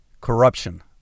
Corruption